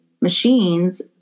machines